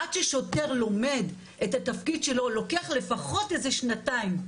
עד ששוטר לומר את התפקיד שלו לוקח לפחות איזה שנתיים.